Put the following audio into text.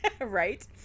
Right